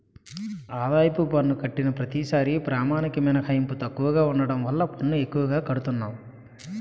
ఆదాయపు పన్ను కట్టిన ప్రతిసారీ ప్రామాణిక మినహాయింపు తక్కువగా ఉండడం వల్ల పన్ను ఎక్కువగా కడతన్నాము